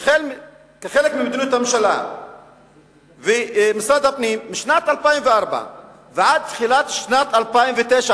כחלק ממדיניות הממשלה ומשרד הפנים משנת 2004 ועד תחילת שנת 2009,